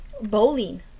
bowling